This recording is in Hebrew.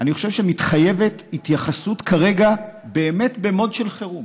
אני חושב שמתחייבת התייחסות כרגע לנושא ב-mode של חירום.